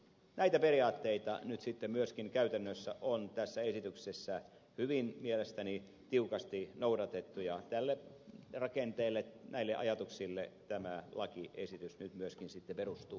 näitä periaatteita nyt sitten myöskin käytännössä on tässä esityksessä hyvin mielestäni tiukasti noudatettu ja tälle rakenteelle näille ajatuksille tämä lakiesitys nyt myöskin sitten perustuu